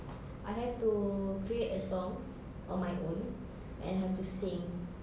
I have to create a song on my own and have to sing